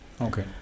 Okay